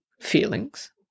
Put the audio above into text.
feelings